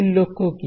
মূল লক্ষ্য কি